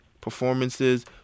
performances